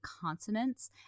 consonants